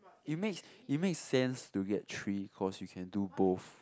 it makes it makes sense to get three cause you can do both